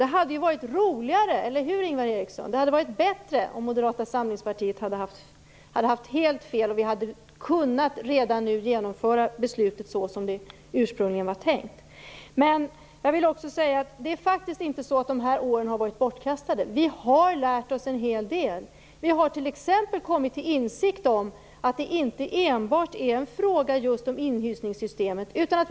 Det hade ju varit roligare och bättre om Moderata samlingspartiet hade haft helt fel och vi redan nu hade kunnat genomföra beslutet såsom det ursprungligen var tänkt, eller hur Ingvar Eriksson? Men det är faktiskt inte så att dessa år har varit bortkastade. Vi har lärt oss en hel del. T.ex. har vi kommit till insikt om att det inte enbart är en fråga om inhysningssystemet.